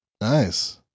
Nice